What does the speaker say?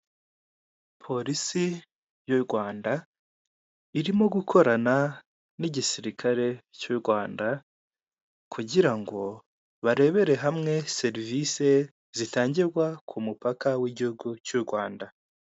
Polisi y'u Rwanda, irimo gukorana n'igisirikare cy'u Rwanda, kugira ngo barebere hamwe serivisi zitangirwa ku mupaka w'igihugu cy'u Rwanda.